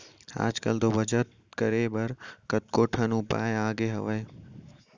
आज कल तो बचत करे बर कतको ठन उपाय आगे हावय